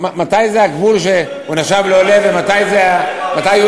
מתי יהיה הגבול שהוא נחשב לעולה ומתי לאזרח?